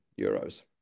euros